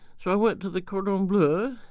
so i went to the cordon um bleu